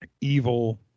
evil